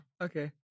okay